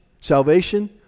Salvation